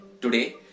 Today